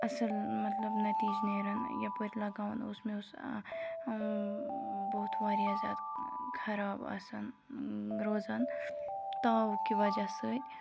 اَصٕل مطلب نٔتیٖجہِ نیران یَپٲرۍ لگاوان اوس مےٚ اوس بُتھ واریاہ زیادٕ خراب آسان روزان تاوٕ کہِ وَجہ سۭتۍ